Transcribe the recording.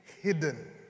hidden